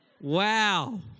wow